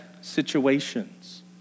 situations